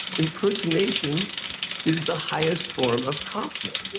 impersonation is the highest form of compliment.